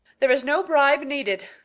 there is no bribe needed.